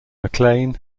maclean